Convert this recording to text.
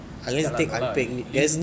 ya lah no lah leave